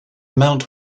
mount